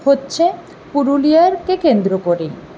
হচ্ছে পুরুলিয়াকে কেন্দ্র করেই